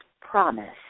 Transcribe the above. promise